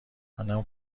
منم